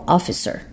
Officer